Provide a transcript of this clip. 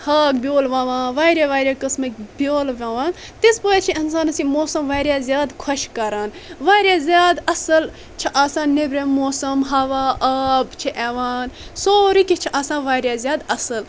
ہاکھ بیول ووان واریاہ واریاہ قٕسمٕکۍ بیول ووان تِتھ پٲٹھۍ چھُ انسانس یہِ موسم واریاہ زیادٕ خۄش کران واریاہ زیادٕ اصل چھِ آسان نیٚبرِم موسم ہوا آب چھِ یِوان سورُے کینٛہہ چھُ آسان واریاہ زیادٕ اصل